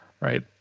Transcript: right